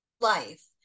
life